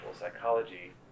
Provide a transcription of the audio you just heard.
psychology